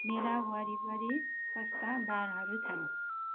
मेरा वरिपरि कस्ता बारहरू छन्